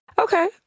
okay